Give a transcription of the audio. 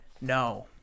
no